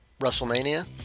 WrestleMania